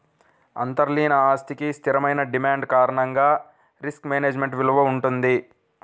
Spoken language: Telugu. అంతర్లీన ఆస్తికి స్థిరమైన డిమాండ్ కారణంగా రిస్క్ మేనేజ్మెంట్ విలువ వుంటది